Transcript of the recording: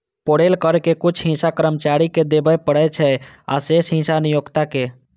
payroll कर के कुछ हिस्सा कर्मचारी कें देबय पड़ै छै, आ शेष हिस्सा नियोक्ता कें